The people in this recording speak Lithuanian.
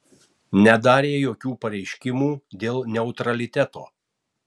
nedarė jokių pareiškimų dėl neutraliteto